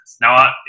Now